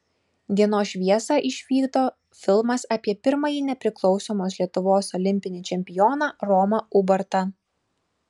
dienos šviesą išvyko filmas apie pirmąjį nepriklausomos lietuvos olimpinį čempioną romą ubartą